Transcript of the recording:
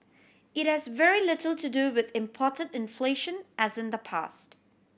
it has very little to do with imported inflation as in the past